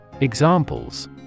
Examples